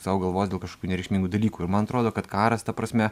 sau galvos dėl kažkokių nereikšmingų dalykų ir man atrodo kad karas ta prasme